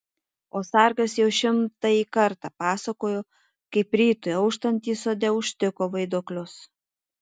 o sargas jau šimtąjį kartą pasakojo kaip rytui auštant jis sode užtiko vaiduoklius